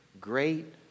Great